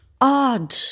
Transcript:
odd